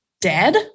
dead